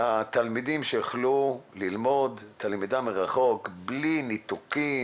התלמידים שיוכלו ללמוד למידה מרחוק בלי ניתוקים,